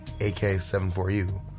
AK-74U